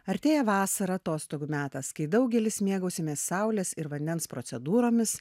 artėja vasara atostogų metas kai daugelis mėgausimės saulės ir vandens procedūromis